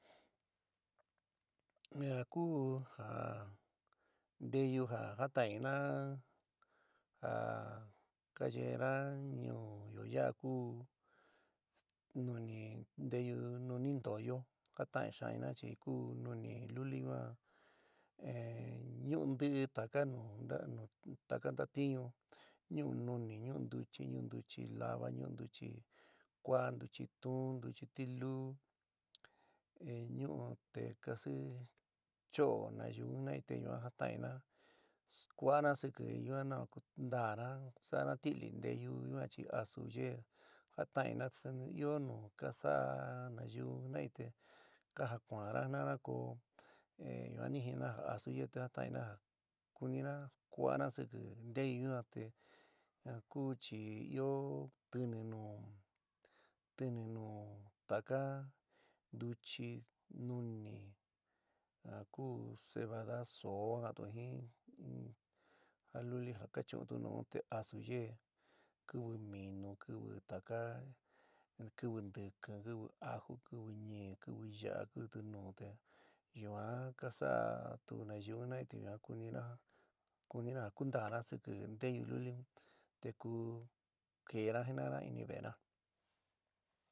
Ja ku ja nteyu ja jata'in inna a ka yeéna ñuúyo yaa ku nuni nteyu nunintoyo. jataín xaán inna chi ku nuni luli yuan ñuu ntɨí taka nu taka ntatiñu, ñuu nuni, ñuu ntuchi, ñu ntuchilaba, ñu ntuchi kua'a, ntuchi tuún, ntuchi tilú eh ñuu te kasi choo nayiu in jina te yuan jatain inna skuána sɨkɨ yuan na va kunta'ána sa'ana tili nteyu yuan chi asu yeé jatainna suni ɨó nuka sa'a nayiu jinai te ka ja- kuaanna jina'ana ko yuan ni jinna ja asu yeé te jataina ja kunina skuana siki nteyu yuan te ku chi ɨó tɨnɨ nu tɨni nu taka ntúchi nuni ja ku cebada soo, ka ka'anto jin ja luli ja ka chu'untu nuú te asu yeé, kiwi minu, kiwi taka kiwi ntɨki, kiwi aju, kiwi nɨi, kiwi ya'a kiwitu nu te yuan ka saat'u nayiu un jinaí te yuan kunina kunina ja kuntaána sikɨ nteyu luli un te ku keéna jina'ana inɨ ve'éna